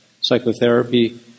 psychotherapy